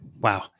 Wow